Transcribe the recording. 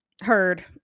heard